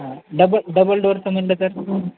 हा double double doors म्हटलं तर